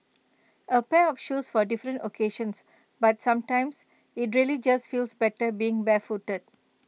A pair of shoes for different occasions but sometimes IT really just feels better being barefooted